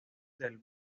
del